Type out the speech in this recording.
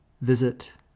visit